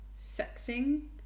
sexing